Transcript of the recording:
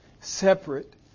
separate